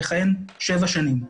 לכהן שבע שנים.